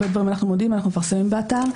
אנחנו מפרסמים באתר.